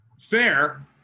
fair